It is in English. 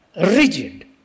rigid